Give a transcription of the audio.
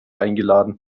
eingeladen